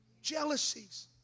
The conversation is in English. jealousies